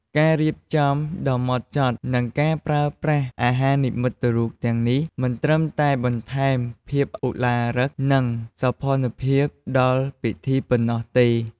ការរៀបចំដ៏ហ្មត់ចត់ និងការប្រើប្រាស់អាហារនិមិត្តរូបទាំងនេះ មិនត្រឹមតែបន្ថែមភាពឧឡារិក និងសោភ័ណភាពដល់ពិធីប៉ុណ្ណោះទេ។